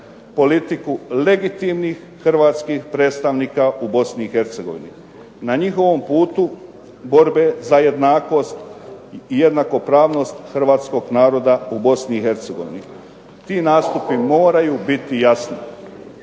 politiku legitimnih hrvatskih predstavnika u Bosni i Hercegovini. Na njihovom putu borbe za jednakost i jednakopravnost hrvatskog naroda u Bosni i Hercegovini. Ti nastupi moraju biti jasni.